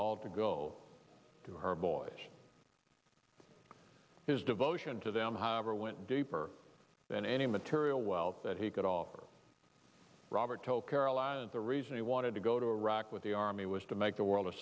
all to go to her boy his devotion to them however went deeper then any material wealth that he could offer robert told caroline the reason he wanted to go to iraq with the army was to make the world a